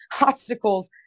obstacles